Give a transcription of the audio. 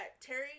Terry